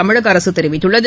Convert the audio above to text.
தமிழக அரசு தெரிவித்துள்ளது